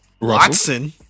Watson